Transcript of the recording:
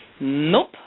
nope